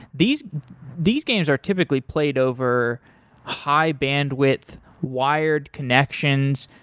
these these games are typically played over high bandwidth wired connections.